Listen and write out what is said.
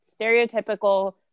stereotypical